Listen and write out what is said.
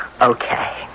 Okay